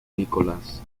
nicholas